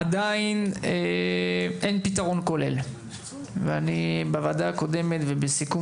עדיין אין פתרון כולל ואני בוועדה הקודמת ובסיכום